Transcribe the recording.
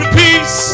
peace